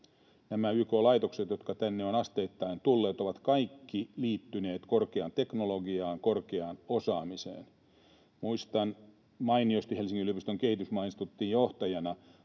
Nämä YK-laitokset, jotka tänne ovat asteittain tulleet, ovat kaikki liittyneet korkeaan teknologiaan, korkeaan osaamiseen. Muistan mainiosti Helsingin yliopiston kehitysmaainstituutin johtajana